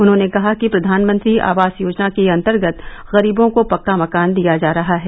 उन्होंने कहा कि प्रधानमंत्री आवास योजना के अंतर्गत गरीवों को पक्का मकान दिया जा रहा है